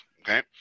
okay